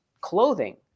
clothing